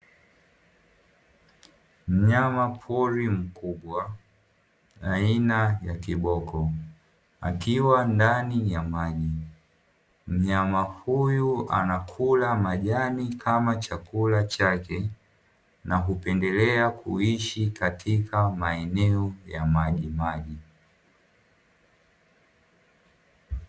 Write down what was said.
Mnyamapori mkubwa aina ya kiboko, akiwa ndani ya maji. Mnyama huyu anakula majani kama chakula chake na hupendelea kuishi katika maeneo ya majimaji.